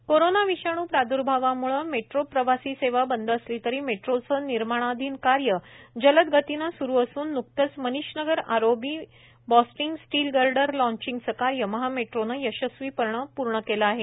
MahaMetro corona विषाण् प्राद्र्भावाम्ळे metro प्रवासी सेवा बंद असली तरी मेट्रोचे निर्माणाधीन कार्य जलद गतीने स्रु असून न्कतेच Manish Nagar ROB bowstring steel girder लाँचिंगचे कार्य महा मेट्रोने यशस्वीपणे पूर्ण केले आहे